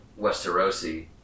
Westerosi